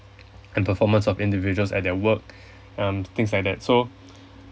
and performance of individuals at their work um things like that so